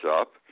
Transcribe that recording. up